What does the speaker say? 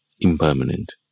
impermanent